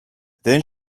then